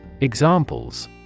Examples